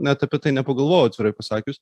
net apie tai nepagalvojau atvirai pasakius